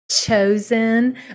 chosen